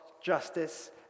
justice